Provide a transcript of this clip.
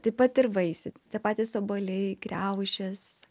taip pat ir vaisiai tie patys obuoliai kriaušės